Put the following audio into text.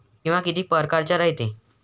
बिमा कितीक परकारचा रायते?